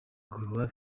gael